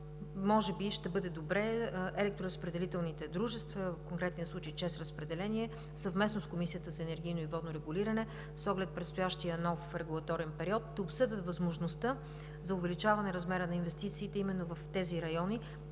може би ще бъде добре електроразпределителните дружества, в конкретния случай „ЧЕЗ Разпределение“, съвместно с Комисията за енергийно и водно регулиране с оглед предстоящия нов регулаторен период, да обсъдят възможността за увеличаване размера на инвестициите именно в тези райони,